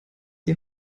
die